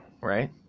right